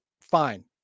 Fine